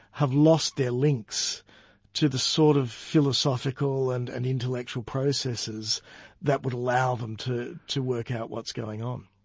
have lost their links to the sort of philosophical and and intellectual processes that would allow them to to work out what's going on.